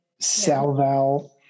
Salval